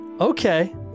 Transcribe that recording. Okay